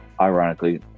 ironically